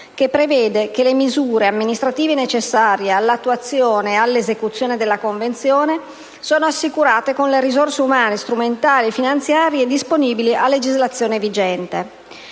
che prevede che «le misure amministrative necessarie all'attuazione e all'esecuzione della Convenzione sono assicurate con le risorse umane, strumentali e finanziarie disponibili a legislazione vigente».